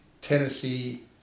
Tennessee